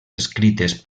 escrites